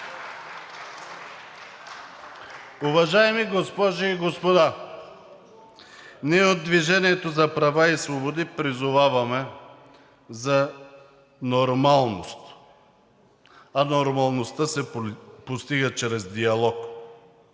Уважаеми госпожи и господа, ние от „Движение за права и свободи“ призоваваме за нормалност, а нормалността се постига чрез диалог